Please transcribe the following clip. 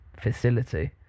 facility